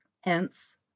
hence